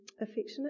affectionate